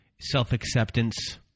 self-acceptance